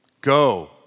Go